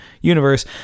universe